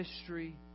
history